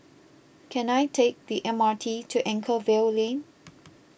can I take the M R T to Anchorvale Lane